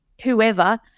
whoever